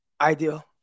ideal